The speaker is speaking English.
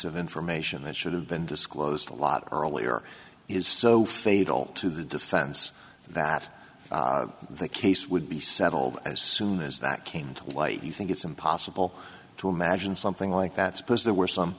of information that should have been disclosed a lot earlier is so fatal to the defense that the case would be settled as soon as that came to light you think it's impossible to imagine something like that suppose there were some